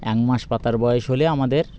এক মাস পাতার বয়স হলে আমাদের